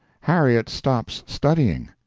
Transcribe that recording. harriet stops studying.